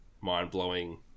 mind-blowing